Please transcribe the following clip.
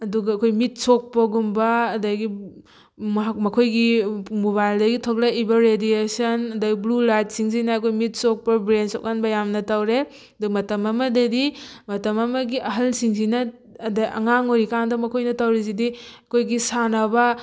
ꯑꯗꯨꯒ ꯑꯩꯈꯣꯏ ꯃꯤꯠ ꯁꯣꯛꯄꯒꯨꯝꯕ ꯑꯗꯒꯤ ꯃꯍꯥꯛ ꯃꯈꯣꯏꯒꯤ ꯃꯣꯕꯥꯏꯜꯒꯗꯤ ꯊꯣꯔꯛꯏꯕ ꯔꯦꯗꯤꯌꯦꯁꯟ ꯑꯗꯩ ꯕ꯭ꯂꯨ ꯂꯥꯏꯠꯁꯤꯡꯁꯤꯅ ꯑꯩꯈꯣꯏ ꯃꯤꯠ ꯁꯣꯛꯄ ꯕ꯭ꯔꯦꯟ ꯁꯣꯛꯍꯟꯕ ꯌꯥꯝꯅ ꯇꯧꯔꯦ ꯑꯗꯨ ꯃꯇꯝ ꯑꯃꯗꯗꯤ ꯃꯇꯝ ꯑꯃꯒꯤ ꯑꯍꯜꯁꯤꯡꯁꯤꯅ ꯑꯗꯩ ꯑꯉꯥꯡ ꯑꯣꯏꯔꯤꯀꯥꯟꯗ ꯃꯈꯣꯏꯅ ꯇꯧꯔꯤꯁꯤꯗꯤ ꯑꯩꯈꯣꯏꯒꯤ ꯁꯥꯟꯅꯕ